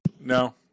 No